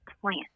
plant